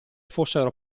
fossero